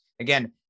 Again